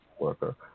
worker